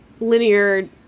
linear